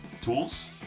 tools